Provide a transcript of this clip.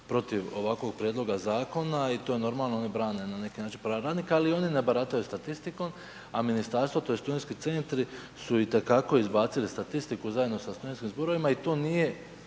protiv ovakvog prijedloga zakona i to normalno oni brane na neki način prava radnika, ali i oni ne barataju statistikom, a ministarstvo tj. studentski centri su itekako izbacili statistiku zajedno sa studentskim zborovima i to nije